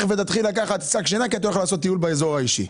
ותתחיל לקחת שק שינה כי אתה הולך לעשות טיול באזור האישי.